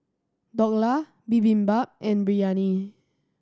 Dhokla Bibimbap and Biryani